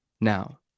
Now